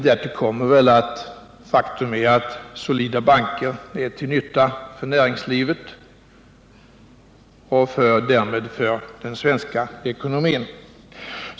Därtill kommer det faktum att solida banker är till nytta för näringslivet och därmed för den svenska ekonomin.